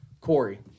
Corey